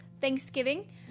Thanksgiving